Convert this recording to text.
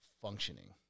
functioning